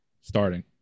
starting